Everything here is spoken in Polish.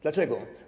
Dlaczego?